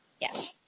Yes